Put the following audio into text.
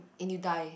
and you die